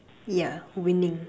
yeah winning